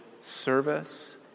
service